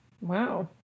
Wow